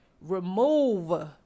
remove